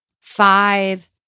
five